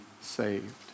saved